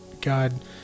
God